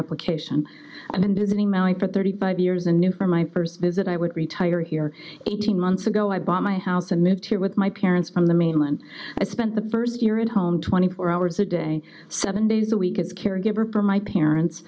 visiting for thirty five years a new for my first visit i would retire here eighteen months ago i bought my house and moved here with my parents from the mainland i spent the first year in home twenty four hours a day seven days a week as caregiver per my parents